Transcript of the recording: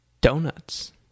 donuts